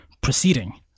proceeding